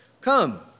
Come